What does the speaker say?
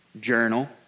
journal